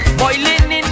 boiling